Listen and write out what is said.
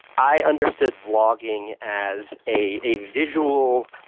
i understood vlogging as a a visual,